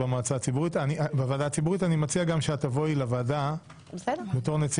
רק משפט אחד, הוועדה הציבורית, יחד עם מנכ"ל